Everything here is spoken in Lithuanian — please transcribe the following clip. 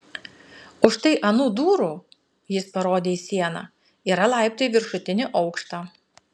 už štai anų durų jis parodė į sieną yra laiptai į viršutinį aukštą